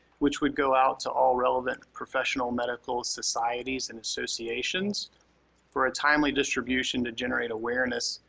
which would go out to all relevant professional medical societies and associations for a timely distribution to generate awareness,